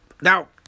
Now